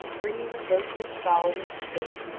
bringing a roasted fowl and a cake,